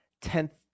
tenth